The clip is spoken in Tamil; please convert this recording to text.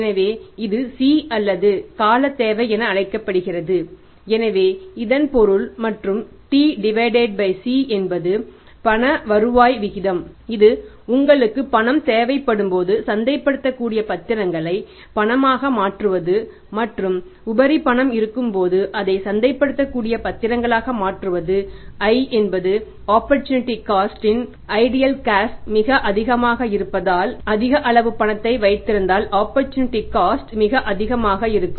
எனவே இது C அல்லது கால தேவை என அழைக்கப்படுகிறது எனவே இதன் பொருள் மற்றும் TC என்பது பண வருவாய் விகிதம் இது உங்களுக்கு பணம் தேவைப்படும்போது சந்தைப்படுத்தக்கூடிய பத்திரங்களை பணமாக மாற்றுவது மற்றும் உபரி பணம் இருக்கும்போது அதை சந்தைப்படுத்தக்கூடிய பத்திரங்களாக மாற்றுவது i என்பது ஆப்பர்சூனிட்டி காஸ்ட் மிக அதிகமாக இருக்கும்